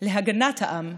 להגנת העם,